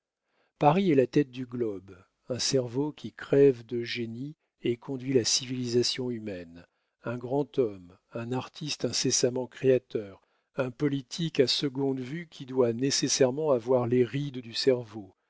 paris est la tête du globe un cerveau qui crève de génie et conduit la civilisation humaine un grand homme un artiste incessamment créateur un politique à seconde vue qui doit nécessairement avoir les rides du cerveau